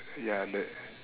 ya the